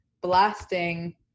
blasting